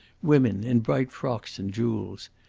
women in bright frocks and jewels.